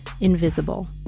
invisible